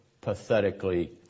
pathetically